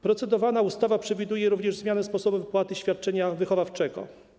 Procedowana ustawa przewiduje również zmianę sposobu wypłaty świadczenia wychowawczego.